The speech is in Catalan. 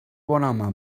bonhome